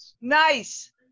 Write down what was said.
Nice